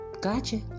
Gotcha